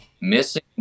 missing